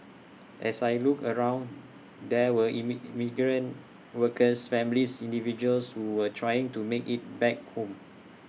as I looked around there were migrant workers families individuals who were trying to make IT back home